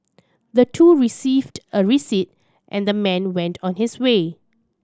the two received a receipt and the man went on his way